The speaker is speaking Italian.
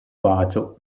bacio